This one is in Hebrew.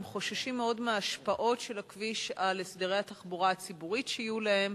הם חוששים מאוד מההשפעות של הכביש על הסדרי התחבורה הציבורית שיהיו להם,